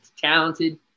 talented